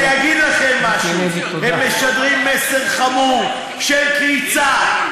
אני אגיד לכם משהו: הם משדרים מסר חמור של קריצה,